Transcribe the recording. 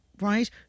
Right